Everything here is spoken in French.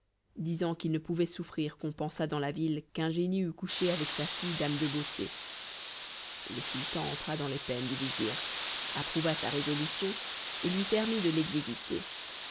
disant qu'il ne pouvait souffrir qu'on pensât dans la ville qu'un génie eût couché avec sa fille dame de beauté le sultan entra dans les peines du vizir approuva sa résolution et lui permit de l'exécuter